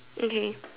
okay